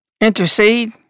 intercede